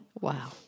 Wow